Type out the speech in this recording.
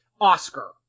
Oscar